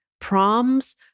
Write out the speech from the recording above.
proms